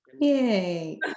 Yay